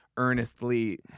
earnestly